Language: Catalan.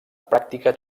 pràctica